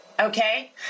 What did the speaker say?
okay